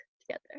together